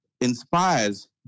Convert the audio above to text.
inspires